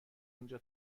اینجا